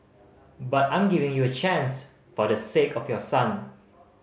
but I'm giving you a chance for the sake of your son